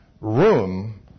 room